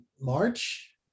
March